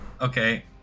Okay